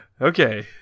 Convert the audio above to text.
Okay